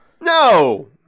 No